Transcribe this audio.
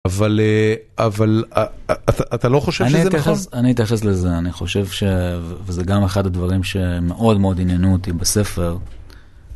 אבל אתה לא חושב שזה נכון? אני אתייחס לזה, אני חושב ש... וזה גם אחד הדברים שמאוד מאוד עניינו אותי בספר.